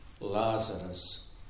Lazarus